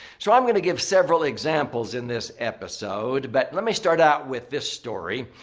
so, i'm going to give several examples in this episode. but let me start out with this story,